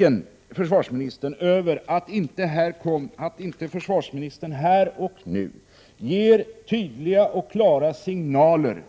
Jag är besviken över att inte försvarsministern här och nu ger tydliga och klara signaler